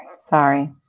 sorry